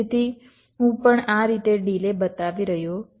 તેથી હું પણ આ રીતે ડિલે બતાવી રહ્યો છું